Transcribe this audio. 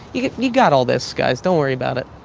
you got you got all this guys. don't worry about it.